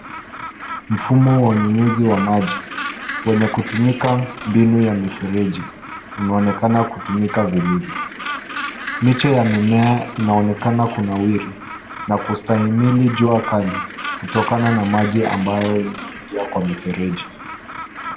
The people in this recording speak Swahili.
Mfumo wa unyunyuzi wa maji wenye kutumika mbinu ya mifereji unaonekana kutumika vilivyo. Miche ya mimea inaonekana kunawiri na kustahimili jua kali kutokana na maji ambayo yenye yameingia kwenye mifereji.